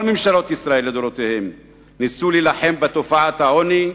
כל ממשלות ישראל לדורותיהן ניסו להילחם בתופעת העוני,